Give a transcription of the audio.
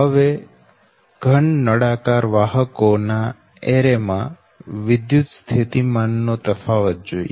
હવે ઘન નળાકાર વાહકો ના એરે માં વિદ્યુત સ્થિતિમાન નો તફાવત જોઈએ